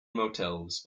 motels